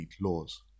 laws